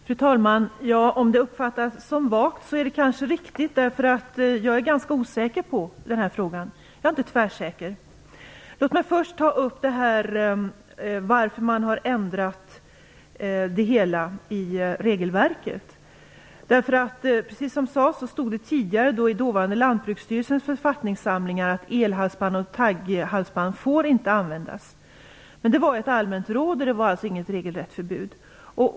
Fru talman! Om svaret uppfattas som vagt så är det kanske riktigt, därför att jag är ganska osäker i den här frågan. Jag är inte tvärsäker. Låt mig först ta upp frågan om varför man har gjort ändringar i regelverket. Precis som sades stod det tidigare i dåvarande Lantbruksstyrelsens författningssamlingar att elhalsband och tagghalsband inte får användas. Men det var ett allmänt råd och alltså inget regelrätt förbud.